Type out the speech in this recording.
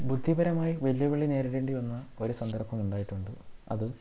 ബുദ്ധിപരമായി വെല്ലുവിളി നേരിടേണ്ടി വന്ന ഒരു സന്ദർഭം ഉണ്ടായിട്ടുണ്ട് അത്